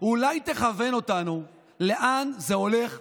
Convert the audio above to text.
אולי תכוון אותנו לאן הולכת